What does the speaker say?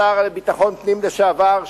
השר לביטחון פנים לשעבר,